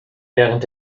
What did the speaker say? während